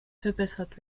verbessert